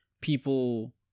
people